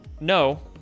No